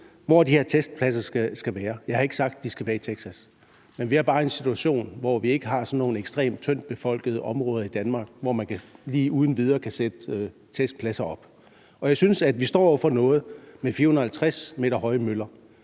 hvor de her testpladser skal være, har jeg ikke sagt, at de skal være i Texas. Men vi er bare i en situation, hvor vi ikke har sådan nogle ekstremt tyndt befolkede områder i Danmark, hvor man lige uden videre kan sætte testmøller op. Jeg synes, at vi står over for noget med 450 m høje møller,